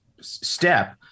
step